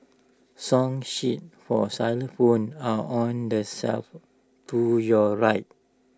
song sheets for xylophones are on the shelf to your right